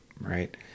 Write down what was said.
right